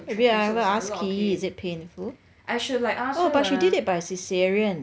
have you ever asked kee yi is it painful oh but she did by caesarean